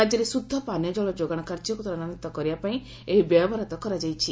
ରାଜ୍ୟରେ ଶୁଦ୍ଧ ପାନୀୟଜଳ ଯୋଗାଣ କାର୍ଯ୍ୟକୁ ତ୍ୱରାନ୍ୱିତ କରିବା ପାଇଁ ଏହି ବ୍ୟୟବରାଦ କରାଯାଇଛି